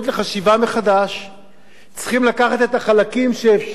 צריכים לקחת את החלקים שאפשר ליישם דרך היצירה מחדש,